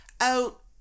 out